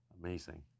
Amazing